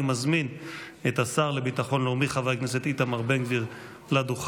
אני מזמין את השר לביטחון לאומי חבר הכנסת איתמר בן גביר לדוכן.